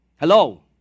Hello